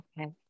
Okay